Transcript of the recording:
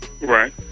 Right